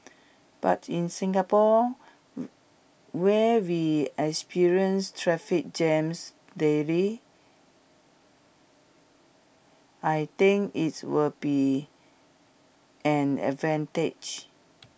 but in Singapore where we experience traffic jams daily I think its will be an advantage